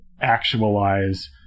actualize